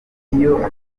amafaranga